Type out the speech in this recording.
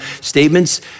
statements